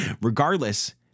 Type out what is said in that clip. Regardless